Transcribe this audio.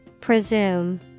Presume